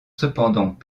cependant